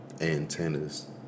antennas